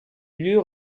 lieu